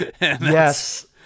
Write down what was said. yes